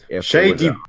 Shady